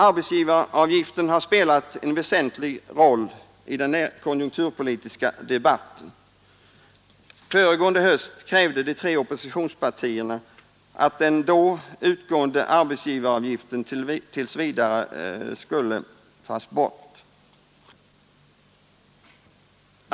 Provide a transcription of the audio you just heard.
Arbetsgivaravgiften har spelat en väsentlig roll i den konjunkturpolitiska debatten. Föregående höst krävde de tre oppositionspartierna att den då utgående arbetsgivaravgiften tills vidare skulle tas bort.